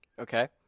Okay